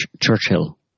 Churchill